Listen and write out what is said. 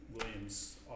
Williams